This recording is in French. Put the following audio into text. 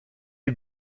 est